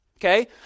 okay